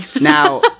Now